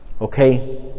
okay